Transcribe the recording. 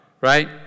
right